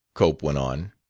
cope went on.